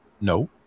No